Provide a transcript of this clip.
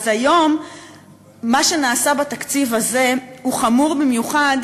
אז היום מה שנעשה בתקציב הזה הוא חמור במיוחד,